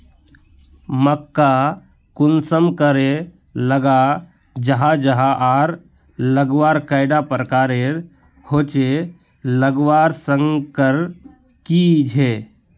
मक्का कुंसम करे लगा जाहा जाहा आर लगवार कैडा प्रकारेर होचे लगवार संगकर की झे?